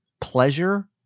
pleasure